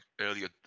earlier